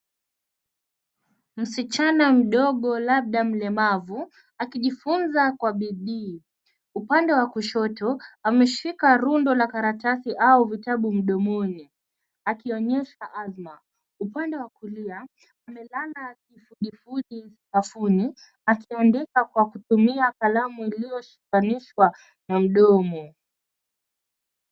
Msichana mdogo labda mlemavu akijifunza kwa bidii. Upande wa kushoto ameshika rundo la karatasi au vitabu mdomoni akionyesha afya. Upande wa kulia amelala kifudifudi sakafuni akiandika kwa kutumia kalamu iliyoshikanishwa na mdomo.